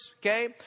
okay